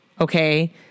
okay